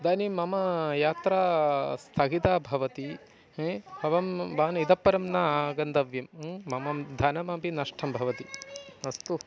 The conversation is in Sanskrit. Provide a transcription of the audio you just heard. इदानीं मम यात्रा स्थगिता भवति एवं म् भवान् इतःपरं न आगन्तव्यं मम धनमपि नष्टं भवति अस्तु